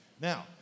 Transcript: Now